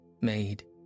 made